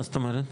מה זאת אומרת?